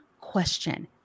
question